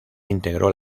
integró